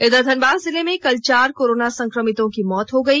इधर धनबाद जिले में कल चार कोरोना संक्रमितों की मौत हो गई